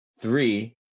three